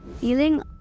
Feeling